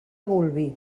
bolvir